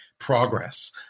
progress